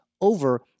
over